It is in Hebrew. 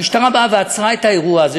המשטרה באה ועצרה את האירוע הזה,